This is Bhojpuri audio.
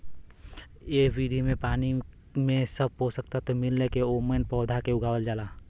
एह विधि में पानी में सब पोषक तत्व मिला के ओमन पौधा के उगावल जाला